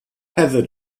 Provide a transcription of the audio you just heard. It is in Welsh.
heather